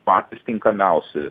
patys tinkamiausi